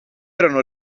erano